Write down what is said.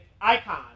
Icon